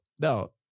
no